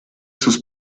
sus